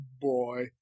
boy